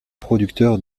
producteur